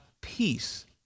peace